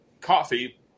coffee